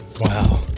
Wow